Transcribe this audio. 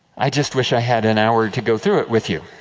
i just wish i had an hour to go through it with you.